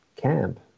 camp